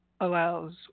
allows